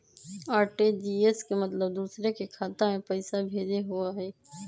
RTGS के मतलब दूसरे के खाता में पईसा भेजे होअ हई?